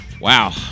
Wow